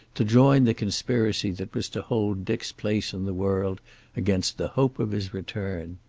to join the conspiracy that was to hold dick's place in the world against the hope of his return.